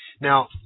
Now